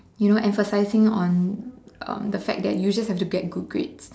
you know emphasizing on um the fact that you just have to get good grades